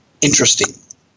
interesting